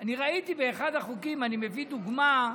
אני ראיתי באחד החוקים, ואני מביא דוגמה,